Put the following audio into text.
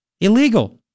Illegal